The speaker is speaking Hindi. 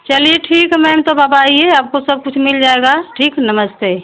चलिए ठीक है मैम तब अब आइए आपको सब कुछ मिल जाएगा ठीक है नमस्ते